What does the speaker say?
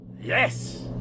Yes